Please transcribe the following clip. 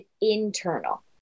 internal